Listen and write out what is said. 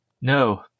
No